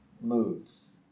moods